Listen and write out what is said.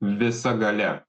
visa galia